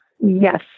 Yes